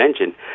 engine